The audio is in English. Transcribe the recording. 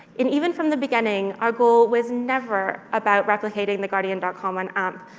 and even from the beginning, our goal was never about replicating theguardian dot com on amp,